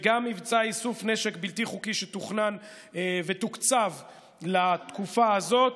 וגם מבצע איסוף נשק בלתי חוקי שתוכנן ותוקצב לתקופה הזאת,